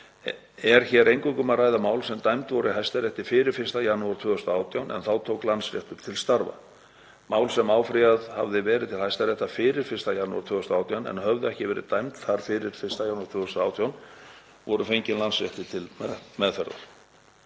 Er hér eingöngu um að ræða mál sem dæmd voru í Hæstarétti fyrir 1. janúar 2018 en þá tók Landsréttur til starfa. Mál sem áfrýjað hafði verið til Hæstaréttar fyrir 1. janúar 2018 en höfðu ekki verið dæmd þar fyrir 1. janúar 2018 voru fengin Landsrétti til meðferðar.